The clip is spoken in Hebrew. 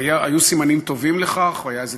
והיו סימנים טובים לכך, או הייתה איזו